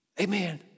Amen